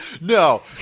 No